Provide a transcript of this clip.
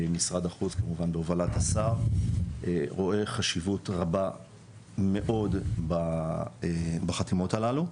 משרד החוץ כמובן בהובלת השר רואה חשיבות רבה מאוד בחתימות הללו,